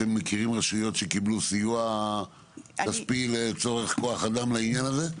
אתם מכירים רשויות שקיבלו סיוע כספי לצורך כוח-אדם לעניין הזה?